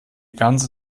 ganze